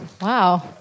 Wow